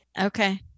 Okay